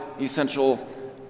essential